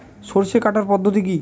সরষে কাটার পদ্ধতি কি?